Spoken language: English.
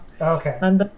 Okay